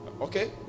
okay